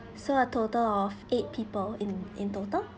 so a total of eight people in in total